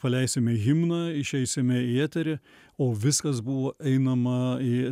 paleisime himną išeisime į eterį o viskas buvo einama į